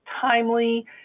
timely